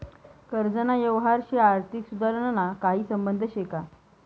कर्जना यवहारशी आर्थिक सुधारणाना काही संबंध शे का?